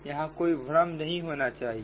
यहां कोई भ्रम नहीं होना चाहिए